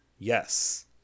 Yes